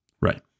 Right